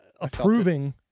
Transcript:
approving